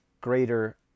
greater